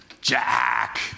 Jack